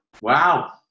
wow